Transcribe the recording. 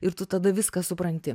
ir tu tada viską supranti